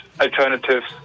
alternatives